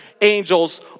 angels